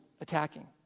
attacking